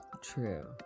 True